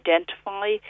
identify